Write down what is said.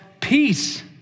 peace